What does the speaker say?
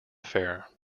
affair